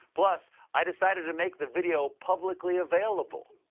plus, i decided to make the video publicly available.